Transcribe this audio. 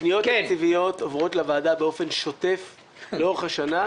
פניות תקציביות עוברות לוועדה באופן שוטף לאורך השנה.